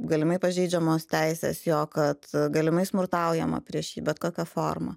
galimai pažeidžiamos teisės jo kad galimai smurtaujama prieš jį bet kokia forma